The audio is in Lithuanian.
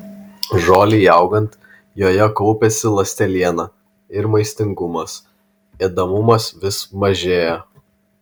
žolei augant joje kaupiasi ląsteliena ir maistingumas ėdamumas vis mažėja